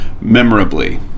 memorably